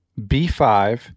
B5